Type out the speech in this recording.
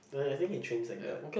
no leh I think he trains like that